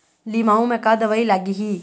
लिमाऊ मे का दवई लागिही?